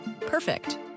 Perfect